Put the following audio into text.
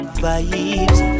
vibes